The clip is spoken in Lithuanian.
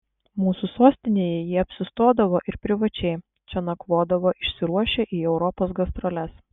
mūsų sostinėje jie apsistodavo ir privačiai čia nakvodavo išsiruošę į europos gastroles